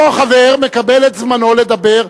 פה חבר מקבל את זמנו לדבר.